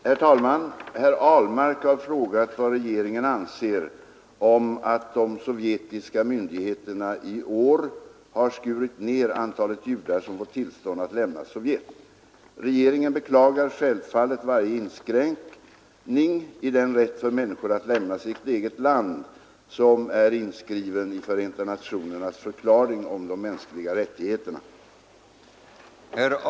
Herr talman! Herr Ahlmark har frågat vad regeringen anser om att de sovjetiska myndigheterna i år har skurit ner antalet judar som får tillstånd att lämna Sovjet. Regeringen beklagar självfallet varje inskränkning i den rätt för människor att lämna sitt eget land, som är inskriven i Förenta nationernas förklaring om de mänskliga rättigheterna.